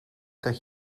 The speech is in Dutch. dat